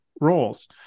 roles